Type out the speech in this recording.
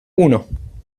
uno